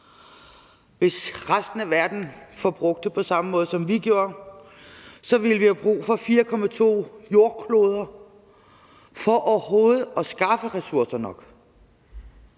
hvis resten af verden forbrugte på samme måde, som vi danskere gør, ville vi have brug for 4,2 jordkloder for overhovedet at skaffe ressourcer nok.